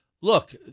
look